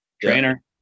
Trainer